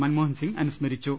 മൻമോഹൻസിങ് അനുസ്മരിച്ചു